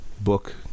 book